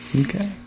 Okay